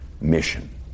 mission